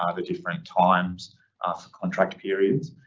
ah the different times ah for contract periods.